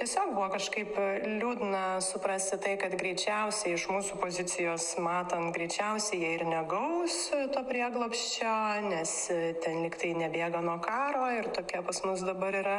tiesiog buvo kažkaip liūdna suprasti tai kad greičiausia iš mūsų pozicijos matom greičiausiai jie ir negaus to prieglobsčio nes ten lygtai nebėga nuo karo ir tokia pas mus dabar yra